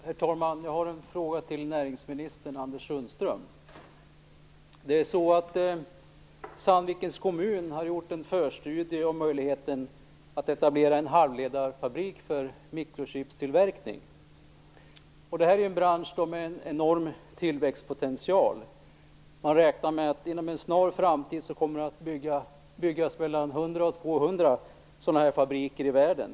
Herr talman! Jag har en fråga till näringsminister Sandvikens kommun har gjort en förstudie om möjligheten att etablera en halvledarfabrik för mikrochipstillverkning. Detta är en bransch som har en enorm tillväxtpotential. Man räknar med att det inom en snar framtid kommer att byggas 100-200 fabriker av den här typen i världen.